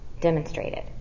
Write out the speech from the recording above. demonstrated